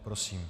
Prosím.